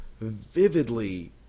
vividly